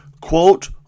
Quote